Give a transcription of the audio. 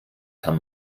kann